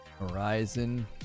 horizon